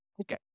Okay